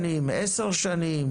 שנים 10 שנים,